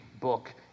book